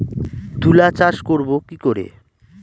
তুলা চাষ করব কি করে?